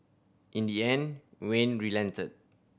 in the end Wayne relented